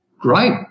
great